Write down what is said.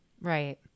right